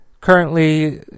currently